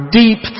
deep